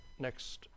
next